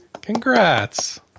Congrats